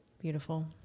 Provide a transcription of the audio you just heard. beautiful